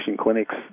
clinics